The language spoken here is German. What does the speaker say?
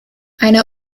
eine